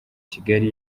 kigali